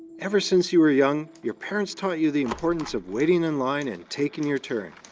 ever since you were young, your parents taught you the importance of waiting in line and taking your turn.